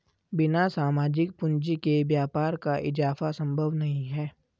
बिना सामाजिक पूंजी के व्यापार का इजाफा संभव नहीं है